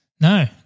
No